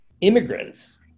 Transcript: immigrants